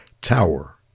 Tower